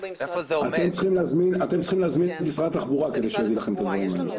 אתם צריכים להזמין ממשרד התחבורה כדי שיגידו לכם על הדברים האלו.